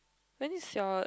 when is your